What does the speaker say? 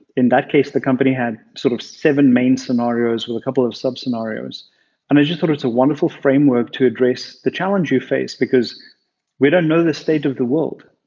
in that case the company had sort of seven main scenarios with a couple of sub scenarios, and i just thought it's a wonderful framework to address the challenge you face because we don't know the state of the world.